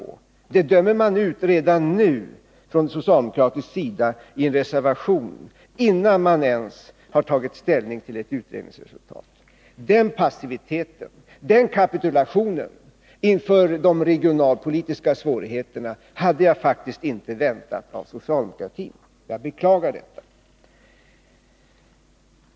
Den tanken dömer man redan nu ut i en reservation från socialdemokratisk sida, dvs. innan man ens tagit ställning till ett utredningsresultat. Den passiviteten och kapitulationen inför de regionalpolitiska svårigheterna hade jag faktiskt inte väntat mig av socialdemokratin. Jag beklagar att det har blivit så.